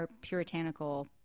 puritanical